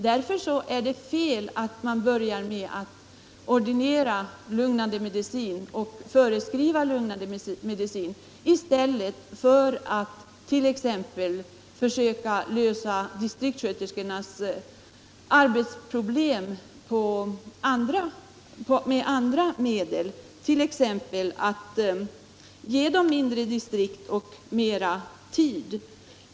Därför är det enligt min mening fel att man börjar med att förskriva lugnande medicin i stället för att försöka lösa distriktssköterskornas arbetsproblem t.ex. genom att ge dem mindre distrikt och mera tid.